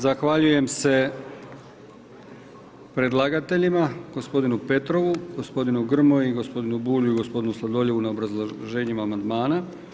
Zahvaljujem se predlagateljima, gospodinu Petrovu, gospodinu Grmoji, gospodinu Bulju i gospodinu Sladoljevu na obrazloženjima amandmana.